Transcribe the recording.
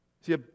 See